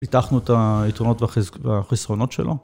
פיתחנו את היתרונות והחיסרונות שלו.